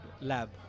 lab